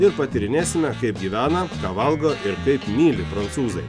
ir patyrinėsime kaip gyvena ką valgo ir taip myli prancūzai